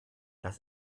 das